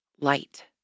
light